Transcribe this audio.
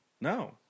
No